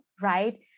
right